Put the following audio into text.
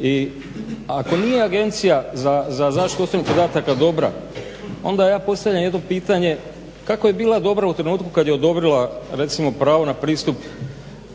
I ako nije Agencija za zaštitu osobnih podataka dobra, onda ja postavljam jedno pitanje kako je bila dobra u trenutku kad je odobrila recimo pravo na pristup